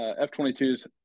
F-22s